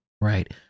right